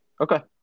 Okay